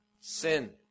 sin